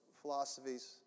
philosophies